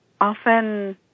often